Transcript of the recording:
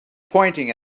pointing